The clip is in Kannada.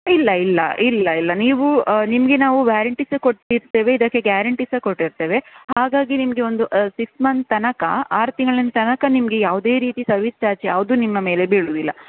ಇಲ್ಲ ಇಲ್ಲ ಇಲ್ಲ ಇಲ್ಲ ನೀವು ನಿಮಗೆ ನಾವು ವ್ಯಾರಂಟಿ ಸಹ ಕೊಟ್ಟಿರ್ತೇವೆ ಇದಕ್ಕೆ ಗ್ಯಾರಂಟಿ ಸಹ ಕೊಟ್ಟಿರ್ತೇವೆ ಹಾಗಾಗಿ ನಿಮಗೆ ಒಂದು ಸಿಕ್ಸ್ ಮಂತ್ ತನಕ ಆರು ತಿಂಗಳಿನ ತನಕ ನಿಮಗೆ ಯಾವುದೇ ರೀತಿ ಸರ್ವಿಸ್ ಚಾರ್ಜ್ ಯಾವುದೂ ನಿಮ್ಮ ಮೇಲೆ ಬೀಳುವುದಿಲ್ಲ